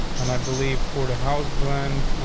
and i believe for the house. bland,